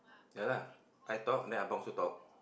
ya lah I talk then abang sure talk